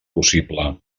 possible